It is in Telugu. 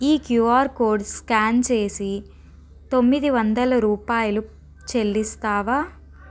ఈ క్యూఆర్ కోడ్ స్కాన్ చేసి తొమ్మిది రూపాయలు చెల్లిస్తావా